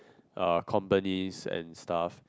uh companies and stuff